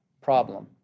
problem